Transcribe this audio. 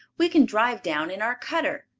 we can drive down in our cutter.